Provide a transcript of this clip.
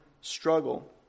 struggle